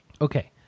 Okay